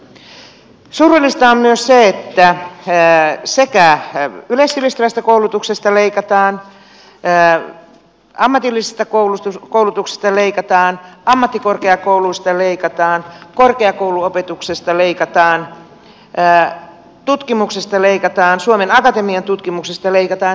surullista on myös se että yleissivistävästä koulutuksesta leikataan ammatillisesta koulutuksesta leikataan ammattikorkeakouluista leikataan korkeakouluopetuksesta leikataan tutkimuksesta leikataan suomen akatemian tutkimuksesta leikataan